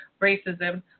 racism